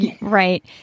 Right